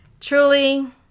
truly